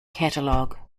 catalogue